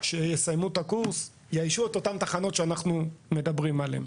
שיסיימו את הקורס יאיישו את אותן תחנות שאנחנו מדברים עליהן.